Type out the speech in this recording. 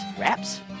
wraps